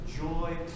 joy